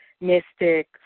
mystic